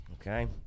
Okay